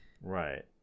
Right